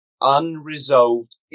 unresolved